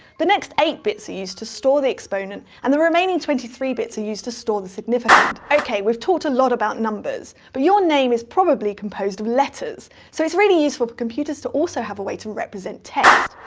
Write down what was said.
the next eight bits are used to store the exponent and the remaining twenty three bits are used to store the significand. ok, we've talked a lot about numbers, but your name is probably composed of letters, so it's really useful for computers to also have a way to represent text.